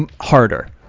harder